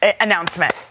announcement